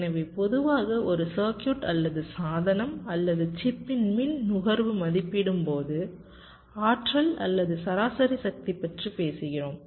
எனவே பொதுவாக ஒரு சர்க்யூட் அல்லது சாதனம் அல்லது சிப்பின் மின் நுகர்வு மதிப்பிடும்போது ஆற்றல் அல்லது சராசரி சக்தி பற்றி பேசுகிறோம்